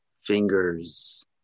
fingers